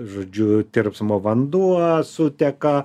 žodžiu tirpsmo vanduo suteka